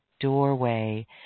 doorway